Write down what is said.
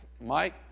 Mike